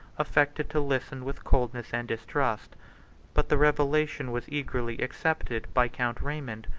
affected to listen with coldness and distrust but the revelation was eagerly accepted by count raymond,